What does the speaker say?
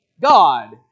God